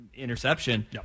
Interception